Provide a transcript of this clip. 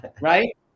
right